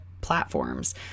platforms